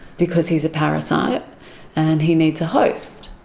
because he's a parasite and he needs a host.